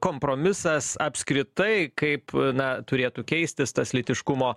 kompromisas apskritai kaip na turėtų keistis tas lytiškumo